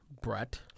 Brett